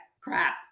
crap